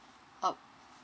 oh